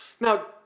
Now